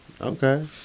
Okay